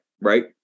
right